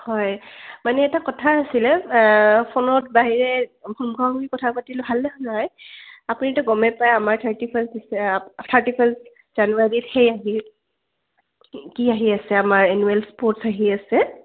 হয় মানে এটা কথা আছিলে ফোনত বাহিৰে সন্মুখা সন্মুখি কথা পাতিলে ভাল হ'য় হয় আপুনি এতিয়া গমে পায় আমাৰ থাৰ্টি ফাৰ্ষ্ট থাৰ্টি ফাৰ্ষ্ট জানুৱাৰীত সেই আহি কি আহি আছে আমাৰ এনুৱেল স্পৰ্টছ আহি আছে